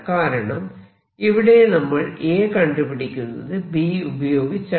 കാരണം ഇവിടെ നമ്മൾ A കണ്ടുപിടിക്കുന്നത് B ഉപയോഗിച്ചാണ്